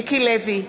מיקי לוי,